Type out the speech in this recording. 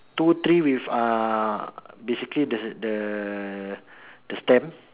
two tree with uh basically the the the stamp